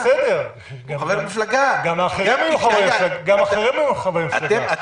בסדר, גם אחרים היו חברי מפלגה.